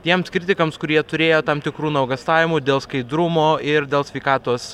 tiems kritikams kurie turėjo tam tikrų nuogąstavimų dėl skaidrumo ir dėl sveikatos